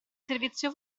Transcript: servizio